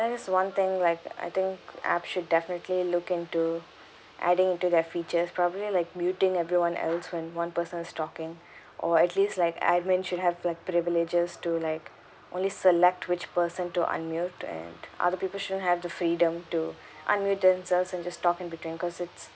that is one thing like I think app should definitely look into adding into their features probably like muting everyone else when one person is talking or at least like admin should have like privileges to like only select which person to unmute and other people shouldn't have the freedom to unmute themselves and just talk in between cause it's